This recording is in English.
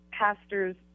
pastors